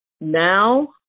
now